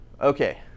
Okay